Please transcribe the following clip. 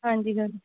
ਹਾਂਜੀ ਹਾਂ